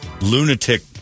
lunatic